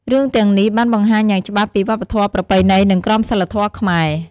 រឿងទាំងនេះបានបង្ហាញយ៉ាងច្បាស់ពីវប្បធម៌ ប្រពៃណី និងក្រមសីលធម៌ខ្មែរ។